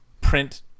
print